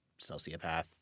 sociopath